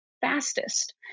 fastest